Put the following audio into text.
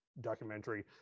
documentary